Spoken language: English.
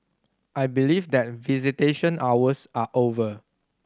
I believe that visitation hours are over